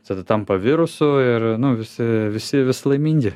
tada tampa virusu ir nu visi visi vis laimingi